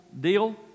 deal